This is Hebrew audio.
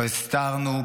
לא הסתרנו.